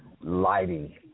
lighting